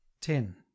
ten